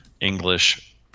English